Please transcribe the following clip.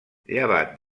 llevat